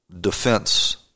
defense